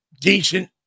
decent